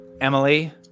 Emily